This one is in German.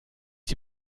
die